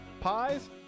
pies